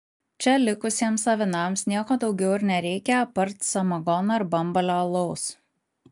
čia likusiems avinams nieko daugiau ir nereikia apart samagono ir bambalio alaus